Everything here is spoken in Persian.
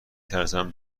ترسم